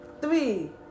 Three